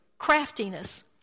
craftiness